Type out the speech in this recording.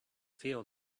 feel